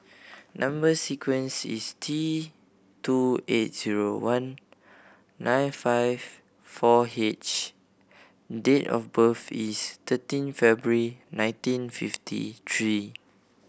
number sequence is T two eight zero one nine five four H date of birth is thirteen February nineteen fifty three